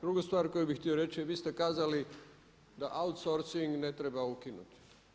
Drugu stvar koju bi htio reći, vi ste kazali da outsourcing ne treba ukinuti.